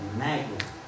magnet